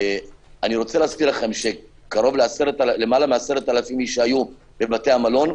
אני מזכיר שלמעלה מ-10,000 שהיו בבתי המלון,